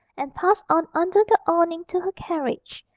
and passed on under the awning to her carriage,